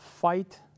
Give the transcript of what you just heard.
fight